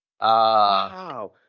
Wow